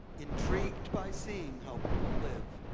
intrigued by seeing how people live,